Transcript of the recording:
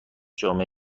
جامعه